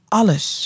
alles